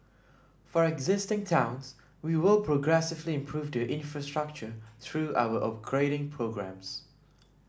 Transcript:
for existing towns we will progressively improve the infrastructure through our upgrading programmes